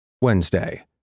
Wednesday